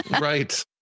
Right